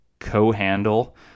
Co-handle